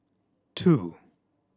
two